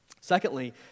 Secondly